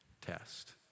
test